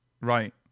Right